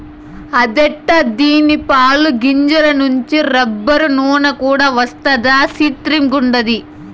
అదెట్టా దీని పాలు, గింజల నుంచి రబ్బరు, నూన కూడా వస్తదా సిత్రంగుండాది